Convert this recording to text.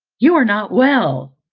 you are not well,